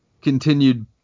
continued